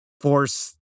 force